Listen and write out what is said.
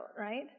right